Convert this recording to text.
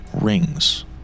rings